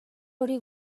hori